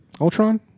Ultron